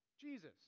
Jesus